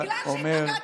בגלל שהתנגדתי,